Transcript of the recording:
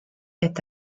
est